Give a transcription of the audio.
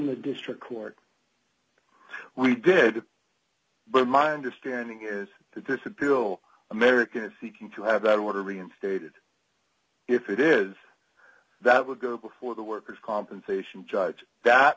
the district court we did but my understanding is to disappear will american seeking to have that order reinstated if it is that would go before the workers compensation judge that